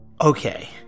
Okay